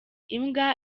imbwa